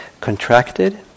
contracted